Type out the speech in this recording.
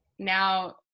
now